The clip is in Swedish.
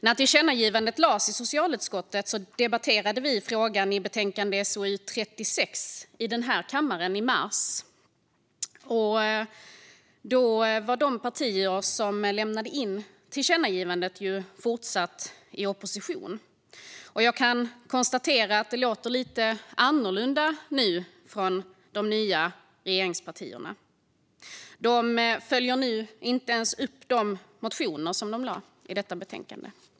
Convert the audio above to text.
När tillkännagivandet föreslogs från socialutskottet debatterades frågan i samband med behandlingen av betänkande SoU36 i denna kammare i mars. Då var de partier som föreslog tillkännagivandet fortfarande i opposition, och jag kan konstatera att det nu låter lite annorlunda från de nya regeringspartierna. De följer inte ens upp de motioner de hade i betänkandet.